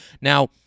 Now